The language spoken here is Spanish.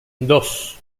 dos